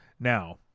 Now